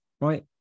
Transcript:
right